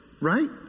right